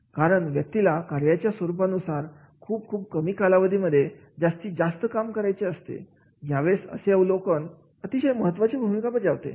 कारण व्यक्तीला कार्याच्या स्वरूपानुसार खूप खूप कमी कालावधीमध्ये जास्तीत जास्त काम काम करायचे असते यावेळेस असे अवलोकन अतिशय महत्त्वाची भूमिका बजावते